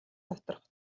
доторх